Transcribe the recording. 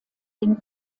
den